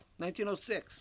1906